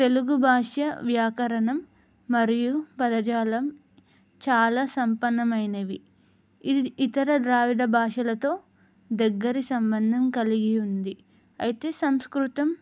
తెలుగు భాష వ్యాకరణం మరియు పదజాలం చాలా సంపన్నమైనవి ఇది ఇతర ద్రావిడ భాషలతో దగ్గరి సంబంధం కలిగి ఉంది అయితే సంస్కృతం